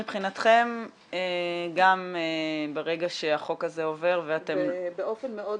מבחינתכם גם ברגע שהחוק הזה עובר ואתם -- באופן מאוד